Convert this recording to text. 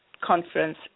conference